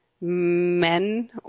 men